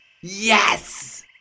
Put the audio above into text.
Yes